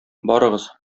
барыгыз